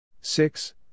six